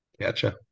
Gotcha